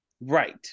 Right